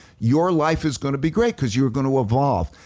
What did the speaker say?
your life is gonna be great cause you're gonna evolve.